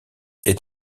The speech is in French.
est